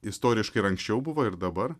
istoriškai ir anksčiau buvo ir dabar